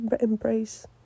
embrace